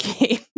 game